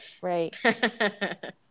right